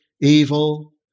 evil